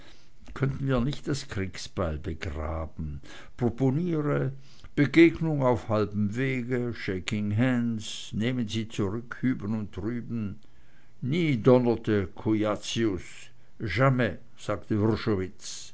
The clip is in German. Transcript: könnten wir nicht das kriegsbeil begraben proponiere begegnung auf halbem wege shaking hands nehmen sie zurück hüben und drüben nie donnerte cujacius jamais sagte